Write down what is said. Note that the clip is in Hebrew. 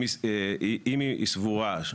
אם היא סבורה,